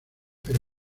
pero